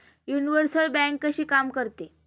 Universal bank कशी काम करते?